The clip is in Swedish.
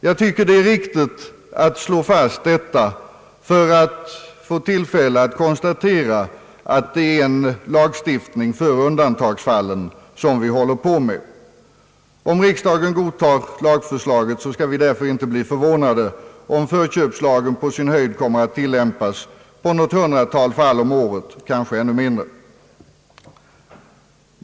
Jag tycker att det är viktigt att slå fast detta för att få tillfälle att konstatera att det är en lagstiftning för undantagsfallen som vi håller på med. Om riksdagen godtar lagförslaget, skall vi därför inte bli förvånade om förköpslagen på sin höjd kommer att tillämpas på något hundratal fall om året, kanske ännu färre.